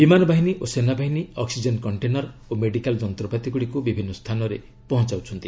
ବିମାନ ବାହିନୀ ଓ ସେନା ବାହିନୀ ଅକ୍ନିଜେନ୍ କଣ୍ଟେନର ଓ ମେଡିକାଲ୍ ଯନ୍ତ୍ରପାତିଗୁଡ଼ିକୁ ବିଭିନ୍ନ ସ୍ଥାନରେ ପହଞ୍ଚାଉଛନ୍ତି